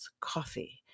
Coffee